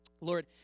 Lord